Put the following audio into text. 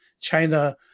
China